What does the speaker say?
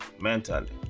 mentally